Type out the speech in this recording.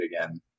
again